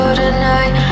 tonight